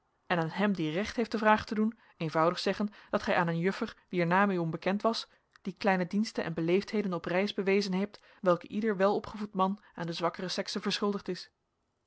en aan hem die recht heeft de vraag te doen eenvoudig zeggen dat gij aan een juffer wier naam u onbekend was die kleine diensten en beleefdheden op reis bewezen hebt welke ieder welopgevoed man aan de zwakkere sekse verschuldigd is